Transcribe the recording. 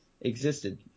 Existed